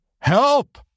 Help